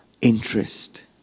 interest